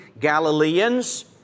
Galileans